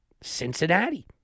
Cincinnati